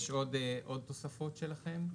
יש עוד תוספות שלכם?